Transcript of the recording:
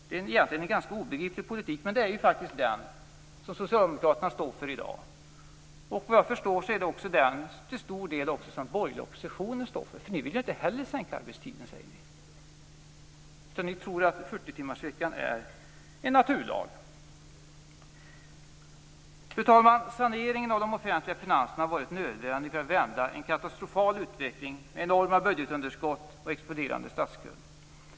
Det är egentligen en ganska obegriplig politik. Men det är faktiskt den som Socialdemokraterna står för i dag. Och vad jag förstår är det också till stor del den som den borgerliga oppositionen står för. Ni vill ju inte heller sänka arbetstiden, säger ni. Ni tror att 40-timmarsveckan är en naturlag. Fru talman! Saneringen av de offentliga finanserna har varit nödvändig för att vända en katastrofal utveckling med enorma budgetunderskott och exploderande statsskuld.